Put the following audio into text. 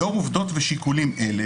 לאור עובדות ושיקולים אלה,